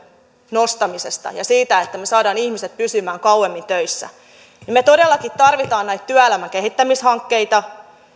nostamisesta ja siitä että me saamme ihmiset pysymään kauemmin töissä me todellakin tarvitsemme näitä työelämän kehittämishankkeita